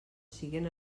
siguen